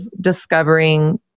discovering